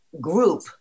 group